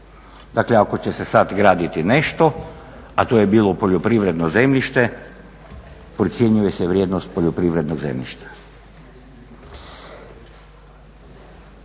Dakle, ako će se sada graditi nešto a to je bilo poljoprivredno zemljište procjenjuje se vrijednost poljoprivrednog zemljišta.